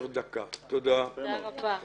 את הצעת החוק הממוזגת להכנה לקריאה ראשונה בכפוף